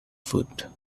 foot